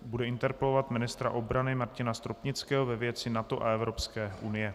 Bude interpelovat ministra obrany Martina Stropnického ve věci NATO a Evropské unie.